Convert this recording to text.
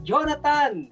Jonathan